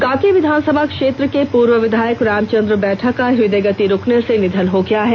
कांके विधानसभा क्षेत्र के पूर्व विधायक रामचंद्र बैठा का हृदयगति रूकने से निधन हो गया है